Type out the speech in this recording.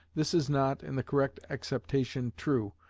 this is not, in the correct acceptation, true,